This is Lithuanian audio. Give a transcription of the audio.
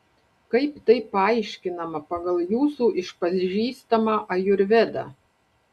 kaip tai paaiškinama pagal jūsų išpažįstamą ajurvedą